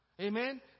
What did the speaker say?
Amen